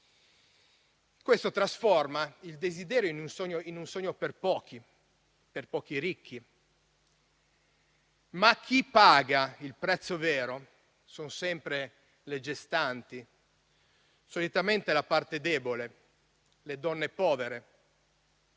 Questo trasforma il desiderio in un sogno per pochi ricchi. Ma chi paga il prezzo vero? Sono sempre le gestanti, solitamente la parte debole: le donne povere,